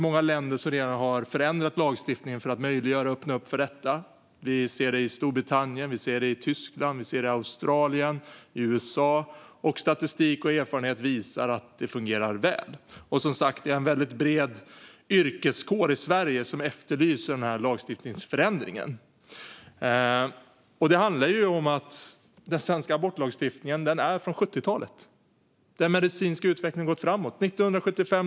Många länder har redan förändrat lagstiftningen för att möjliggöra och öppna upp för detta. Vi ser det i Storbritannien, i Tyskland, i Australien och i USA, och statistik och vetenskap visar att det fungerar väl. Som sagt är det en väldigt bred yrkeskår i Sverige som efterlyser den här lagstiftningsförändringen. Det handlar om att den svenska abortlagstiftningen är från 70-talet. Den medicinska utvecklingen har gått framåt.